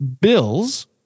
bills